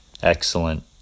excellent